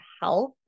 health